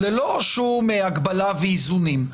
ללא שום הגבלה ואיזונים.